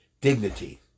dignity